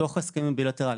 בתוך ההסכמים הבילטרליים,